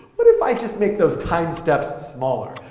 what if i just make those time steps smaller?